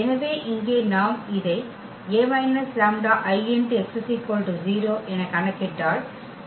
எனவே இங்கே நாம் இதை A − λIx 0 என கணக்கிட்டால்